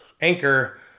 Anchor